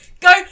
go